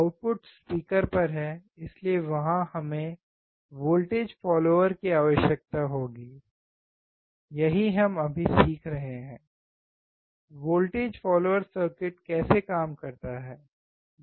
output speaker पर है इसलिए वहां हमें वोल्टेज फॉलोअर की आवश्यकता होती है यही हम अभी सीख रहे हैं वोल्टेज फॉलोअर सर्किट कैसे काम करता है